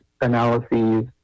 analyses